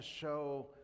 show